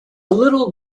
little